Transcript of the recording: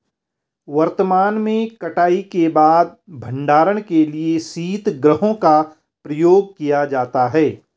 वर्तमान में कटाई के बाद भंडारण के लिए शीतगृहों का प्रयोग किया जाता है